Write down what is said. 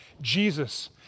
Jesus